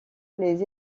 les